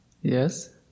Yes